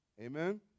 Amen